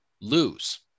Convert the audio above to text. lose